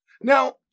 Now